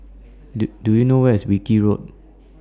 Do Do YOU know Where IS Wilkie Road